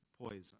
poison